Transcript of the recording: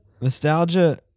nostalgia